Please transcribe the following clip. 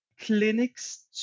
clinics